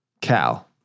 Cal